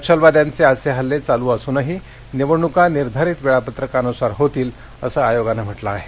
नक्षलवाद्यांचे असे हल्ले चालू असूनही निवडणुका निर्धारित वेळापत्रकानुसार होतील असं आयोगानं म्हंटल आहे